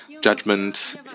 judgment